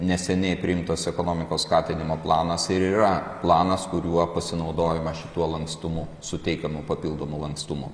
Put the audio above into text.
neseniai priimtas ekonomikos skatinimo planas ir yra planas kuriuo pasinaudojama šituo lankstumu suteikiama papildomo lankstumo